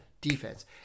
defense